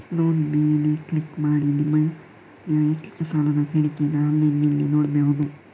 loan ಮೇಲೆ click ಮಾಡಿ ನಿಮ್ಮ ವೈಯಕ್ತಿಕ ಸಾಲದ ಹೇಳಿಕೆಯನ್ನ ಆನ್ಲೈನಿನಲ್ಲಿ ನೋಡ್ಬಹುದು